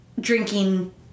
drinking